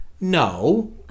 No